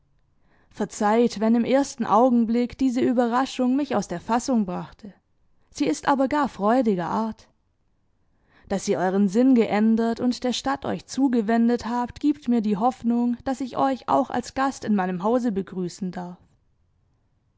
verzeiht wenn im ersten augenblick diese überraschung mich aus der fassung brachte sie ist aber gar freudiger art daß ihr euren sinn geändert und der stadt euch zugewendet habt gibt mir die hoffnung daß ich euch auch als gast in meinem hause begrüßen darf